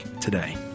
today